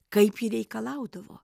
kaip ji reikalaudavo